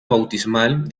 bautismal